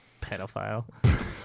pedophile